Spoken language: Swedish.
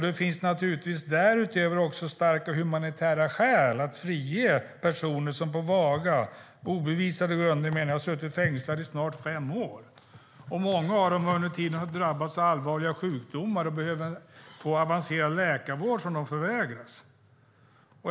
Det finns naturligtvis därutöver också starka humanitära skäl att frige personer som på vaga och obevisade grunder, menar jag, har suttit fängslade i snart fem år. Många av dem har under tiden dessutom drabbats av allvarliga sjukdomar och behöver avancerad läkarvård, vilket de förvägras.